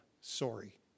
sorry